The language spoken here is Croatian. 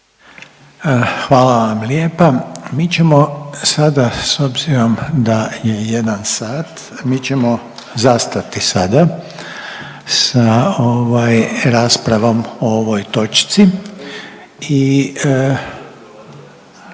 Hvala vam lijepa. Mi ćemo sada s obzirom da je jedan sat, mi ćemo zastati sada sa raspravom o ovoj točci